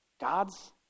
God's